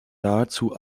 nahezu